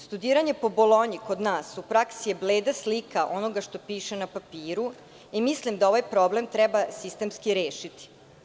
Studiranje po Bolonji kod nas u praksi je bleda slika onoga što piše na papiru, i mislim da ovaj problem treba sistemski rešiti.